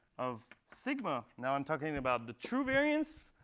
of sigma now, i'm talking about the true variance.